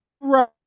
Right